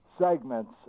segments